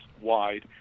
wide